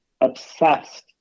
obsessed